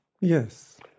Yes